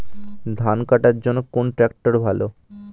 ধান কাটার জন্য কোন ট্রাক্টর ভালো?